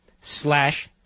slash